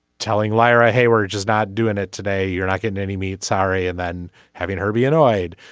telling lyra hey we're just not doing it today you're not getting any meat sorry and then having her be annoyed.